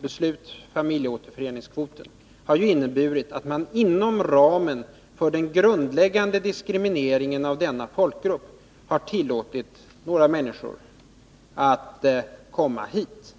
beslut om familjeåterförening — har inneburit att man inom ramen för den grundläggande diskrimineringen av denna folkgrupp har tillåtit några människor att komma hit.